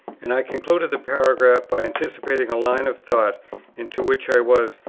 and i conclude the paragraph by anticipating a line of thought into which i was,